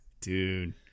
Dude